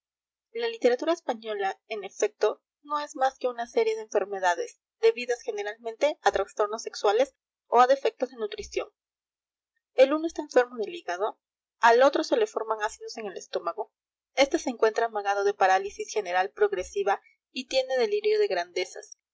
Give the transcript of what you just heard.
la literatura española en efecto no es más que una serie de enfermedades debidas generalmente a trastornos sexuales o a defectos de nutrición el uno está enfermo del hígado al otro se le forman ácidos en el estómago este se encuentra amagado de parálisis general progresiva y tiene delirio de grandezas